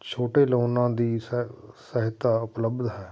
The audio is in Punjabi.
ਛੋਟੇ ਲੋਨਾਂ ਦੀ ਸੈ ਸਹਾਇਤਾ ਉਪਲਬਧ ਹੈ